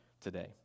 today